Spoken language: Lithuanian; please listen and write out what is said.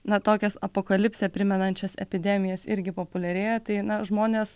na tokias apokalipsę primenančias epidemijas irgi populiarėja tai na žmonės